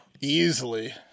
Easily